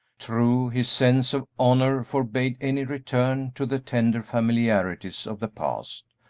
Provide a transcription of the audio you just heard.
true, his sense of honor forbade any return to the tender familiarities of the past,